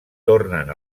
tornen